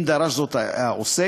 אם דרש זאת העוסק,